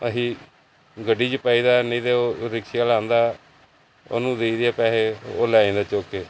ਅਸੀਂ ਗੱਡੀ 'ਚ ਪਾਈਦਾ ਨਹੀਂ ਤਾਂ ਉਹ ਰਿਕਸ਼ੇ ਵਾਲਾ ਆਉਂਦਾ ਉਹਨੂੰ ਦਈਦੇ ਆ ਪੈਸੇ ਉਹ ਲੈ ਜਾਂਦਾ ਚੁੱਕ ਕੇ